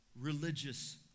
religious